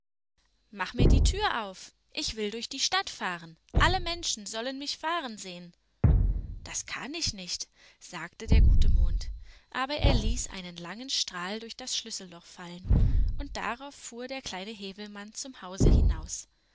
mach mir die tür auf ich will durch die stadt fahren alle menschen sollen mich fahren sehen das kann ich nicht sagte der gute mond aber er ließ einen langen strahl durch das schlüsselloch fallen und darauf fuhr der kleine häwelmann zum haus hinaus